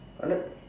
honoured